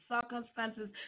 circumstances